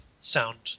sound